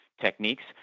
techniques